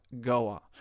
Goa